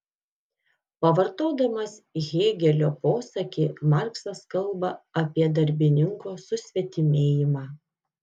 pavartodamas hėgelio posakį marksas kalba apie darbininko susvetimėjimą